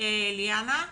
נירה ראובני,